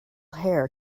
hair